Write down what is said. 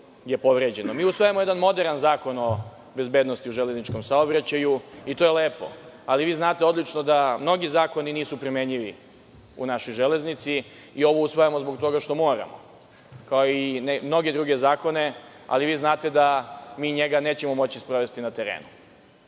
usvajamo jedan moderan zakon o bezbednosti u železničkom saobraćaju i to je lepo. Znate odlično da mnogi zakoni nisu primenjivi u našoj železnici i ovo usvajamo zbog toga što moramo, kao i mnoge druge zakone, ali vi znate da mi njega nećemo moći da sprovedemo na terenu.